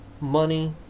money